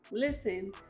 Listen